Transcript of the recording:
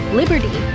liberty